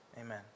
amen